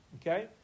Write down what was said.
Okay